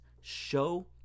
show